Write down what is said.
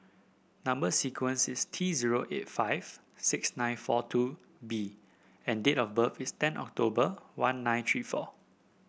number sequence is T zero eight five six nine four two B and date of birth is ten October one nine three four